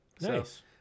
nice